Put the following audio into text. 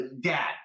dad